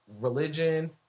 religion